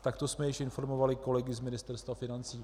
Takto jsme již informovali kolegy z Ministerstva financí.